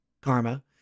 karma